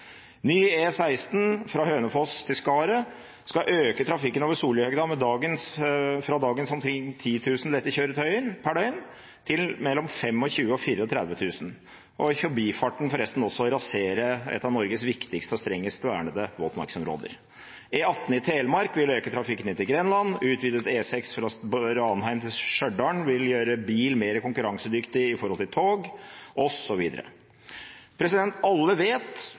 Ny E16 fra Hønefoss til Skaret skal øke trafikken over Sollihøgda, fra dagens omkring 10 000 lette kjøretøyer per døgn til mellom 25 000 og 34 000 – og i forbifarten forresten også rasere et av Norges viktigste og strengest vernede våtmarksområder. E18 i Telemark vil øke trafikken inn til Grenland. Utvidet E6 fra Ranheim til Stjørdal vil gjøre bil mer konkurransedyktig i forhold til tog, osv. Alle vet